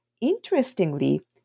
interestingly